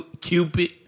Cupid